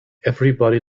everybody